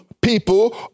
people